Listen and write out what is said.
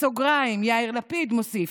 בסוגריים יאיר לפיד מוסיף: